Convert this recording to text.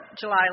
July